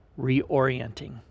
reorienting